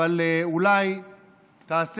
אבל אולי תעשה